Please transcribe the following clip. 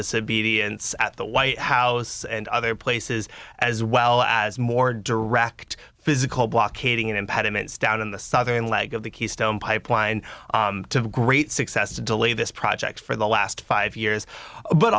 disobedience at the white house and other places as well as more direct physical blockading impediments down in the southern leg of the keystone pipeline to great success to delay this project for the last five years but